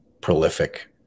Prolific